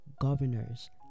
governors